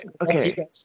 okay